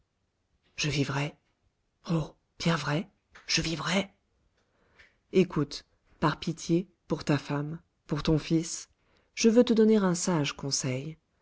je vivrai oh bien vrai je vivrai écoute par pitié pour ta femme pour ton fils je veux te donner un sage conseil